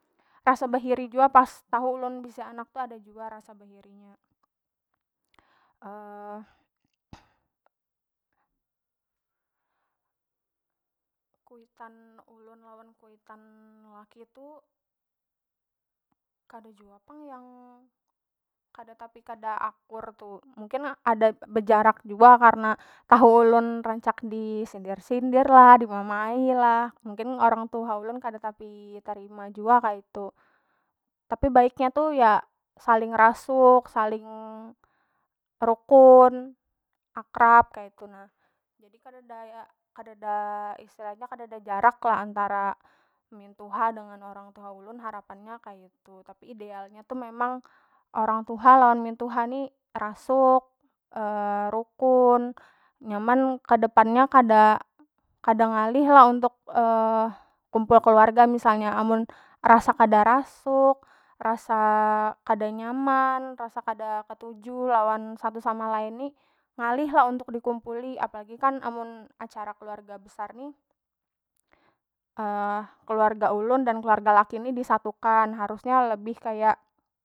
Rasa behiri jua pas tahu ulun bisi anak tu ada jua rasa behiri nya kuitan ulun lawan kuitan laki tu kada jua pang yang kada tapi kada akur tu mungkin adat bejarak jua karna tahu ulun rancak di sindir- sindir lah dimamai'i lah mungkin orang tuha ulun kada tapi terima jua kaitu tapi baiknya tu ya saling rasuk saling rukun akrab kaitu na jadi kadada ya kadada istilah nya kadada jarak lah antara mintuha dengan orang tuha ulun harapannya kaitu tapi idealnya tu memang orang tuha lawan mintuha ni rasuk rukun nyaman kada kedepannya kada- kada ngalihlah untuk kumpul keluarga misalnya amun rasa kada rasuk rasa kada nyaman rasa kada ketuju lawan satu sama lain ni ngalih lah untuk dikumpuli apalagi kan amun acara keluarga besar ni keluarga ulun dan keluarga laki ni disatukan harusnya lebih kaya.